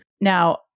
Now